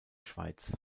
schweiz